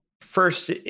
first